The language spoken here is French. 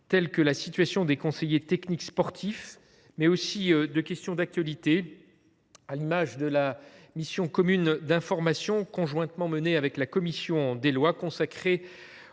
comme la situation des conseillers techniques sportifs, mais aussi de questions d’actualité, à l’image de la mission commune d’information, menée conjointement avec la commission des lois, consacrée